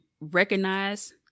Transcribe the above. recognize